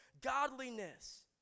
godliness